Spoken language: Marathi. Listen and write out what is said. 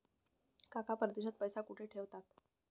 काका परदेशात पैसा कुठे ठेवतात?